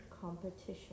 competition